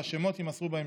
והשמות יימסרו בהמשך.